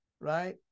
right